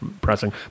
pressing